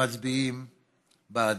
מצביעים בעדו?